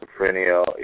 schizophrenia